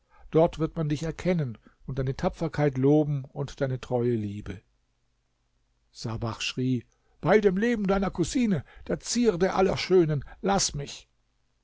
dort wird man dich erkennen und deine tapferkeit loben und deine treue liebe sabach schrie bei dem leben deiner cousine der zierde aller schönen laß mich